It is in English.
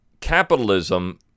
capitalism